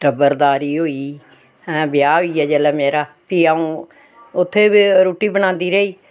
ओह् बी अस इनें वाचें उप्पर नापी सकने होर बी जेहकी स्हाड़़ी जिन्नी बी प्रोग्रेस ऐ यानि की स्हाड़ी